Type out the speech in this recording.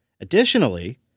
Additionally